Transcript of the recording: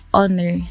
honor